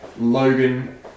Logan